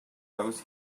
post